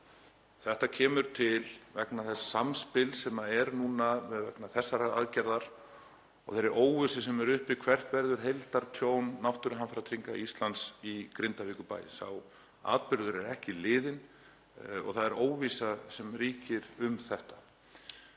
Þetta kemur til vegna þess samspils sem er núna vegna þessarar aðgerðar og þeirrar óvissu sem er uppi um hvert verði heildartjón Náttúruhamfaratryggingar Íslands í Grindavíkurbæ. Sá atburður er ekki liðinn og það er óvissa sem ríkir um þetta.